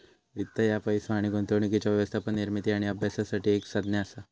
वित्त ह्या पैसो आणि गुंतवणुकीच्या व्यवस्थापन, निर्मिती आणि अभ्यासासाठी एक संज्ञा असा